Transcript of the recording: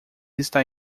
está